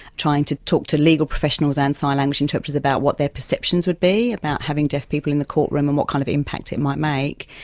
trying to talk to legal professionals and sign language interpreters about what their perceptions would be about having deaf people in the court room and what kind of impact it might make.